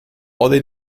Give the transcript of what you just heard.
other